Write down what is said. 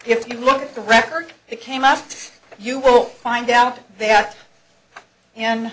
if you look at the record it came out you will find out that